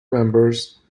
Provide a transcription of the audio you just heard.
members